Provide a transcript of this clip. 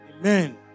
Amen